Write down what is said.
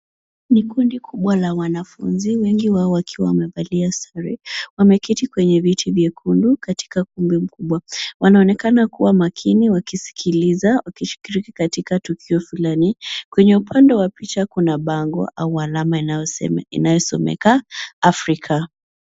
Ni kundi kubwa la wanafunzi wengi wao wakiwa wamevalia sare. Wameketi kwenye viti vyekundu katika kumbi mkubwa. Wanaonekana kuwa makini wakisikiliza wakishiriki katika tukio fulani. Kwenye upande wa picha kuna bango au alama inayosomeka Africa.